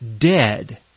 dead